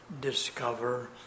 discover